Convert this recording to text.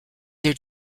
their